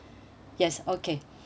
yes okay